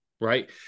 Right